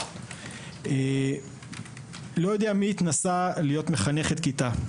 אני לא יודע מי התנסה להיות מחנך כיתה.